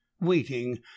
waiting